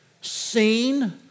seen